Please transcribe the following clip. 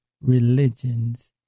religions